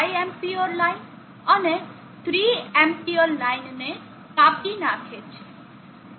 5 Amp line અને 3 Amp લાઇનને કાપી નાખે છે